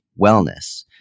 wellness